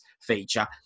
feature